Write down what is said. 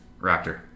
raptor